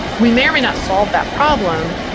we may or may not solve that problem.